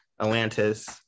Atlantis